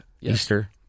Easter